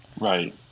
Right